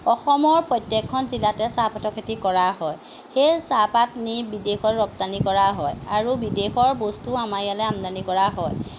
অসমৰ প্ৰত্যেকখন জিলাতে চাহপাতৰ খেতি কৰা হয় সেই চাহপাত নি বিদেশত ৰপ্তানি কৰা হয় আৰু বিদেশৰ বস্তু আমাৰ ইয়ালৈ আমদানি কৰা হয়